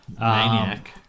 maniac